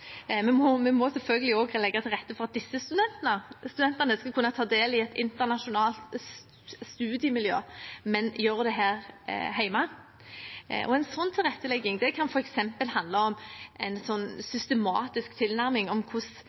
Vi må selvfølgelig også legge til rette for at disse studentene skal kunne ta del i et internasjonalt studiemiljø, men gjøre det her hjemme. En slik tilrettelegging kan f.eks. handle om en systematisk tilnærming til hvordan